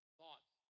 thoughts